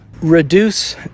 reduce